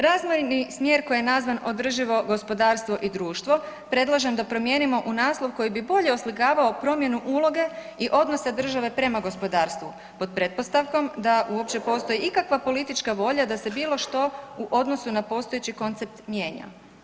Razvojni smjer koji je nazvan održivo gospodarstvo i društvo, predlažem da promijenimo u naslov koji bi bolje oslikavao promjenu uloge i odnosa države prema gospodarstvu pod pretpostavkom da uopće postoji ikakva politička volja da se bilo što u odnosu na postojeći koncept mijenja.